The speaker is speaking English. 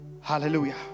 hallelujah